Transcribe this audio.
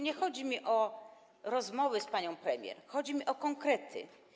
Nie chodzi mi tu o rozmowy z panią premier, chodzi mi o konkrety.